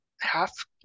half